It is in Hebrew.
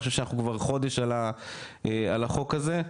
אני חושב שאנחנו כבר חודש על החוק הזה,